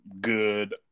good